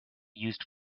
used